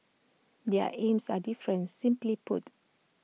their aims are different simply put